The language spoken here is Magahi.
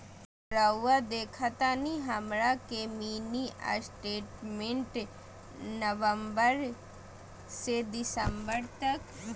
रहुआ देखतानी हमरा के मिनी स्टेटमेंट नवंबर से दिसंबर तक?